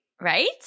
Right